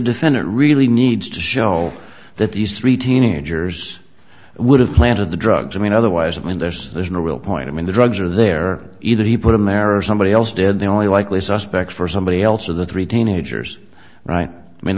defendant really needs to show that these three teenagers would have planted the drugs i mean otherwise i mean there's there's no real point i mean the drugs are there either he put america somebody else did the only likely suspect for somebody else or the three teenagers right i mean